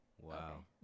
Wow